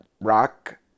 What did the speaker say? Rock